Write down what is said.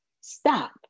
stop